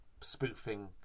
spoofing